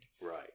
Right